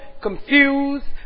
confused